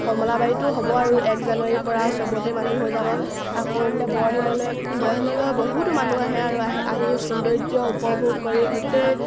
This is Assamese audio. কমলাবাৰীটো হ'ব আৰু এক জানুৱাৰীৰপৰা চবতে মানুহ হৈ যাব আকৌ এইফালে বৰশিললৈ বৰশিললৈ বহুতো মানুহ আহে আৰু আহি আহি সৌন্দৰ্য উপভোগ কৰি গোটেই